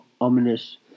ominous